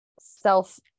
self